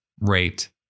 rate